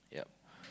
yup